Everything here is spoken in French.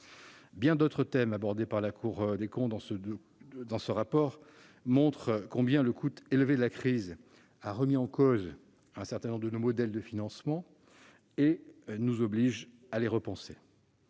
Bien d'autres thèmes abordés par la Cour des comptes dans ce rapport montrent combien le coût élevé de la crise a remis en cause certains de nos modèles de financement, nous obligeant à les repenser.